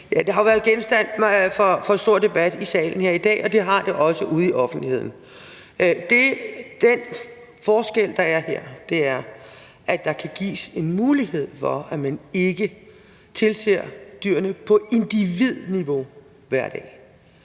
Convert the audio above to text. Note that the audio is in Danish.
Det har jo været genstand for stor debat i salen her i dag, og det har det også ude i offentligheden. Den forskel, der er her, er, at der kan gives en mulighed for, at man ikke tilser dyrene på individniveau hver dag.